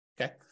okay